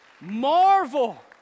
Marvel